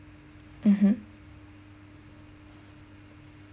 mmhmm